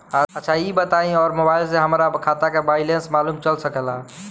अच्छा ई बताईं और मोबाइल से हमार खाता के बइलेंस मालूम चल सकेला?